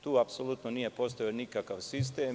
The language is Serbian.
Tu apsolutno nije postojao nikakav sistem.